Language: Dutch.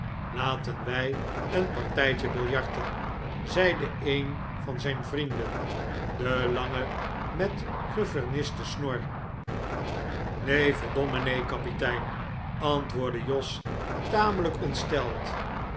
laten wij een partijtje biljarten zeide een van zijn vrienden de lange met geverniste snor nee verdomme nee kapitein antwoordde jos tamelijk ontsteld